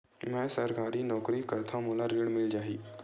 मै सरकारी नौकरी करथव मोला ऋण मिल जाही?